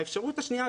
האפשרות השנייה,